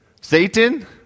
Satan